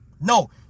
No